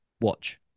watch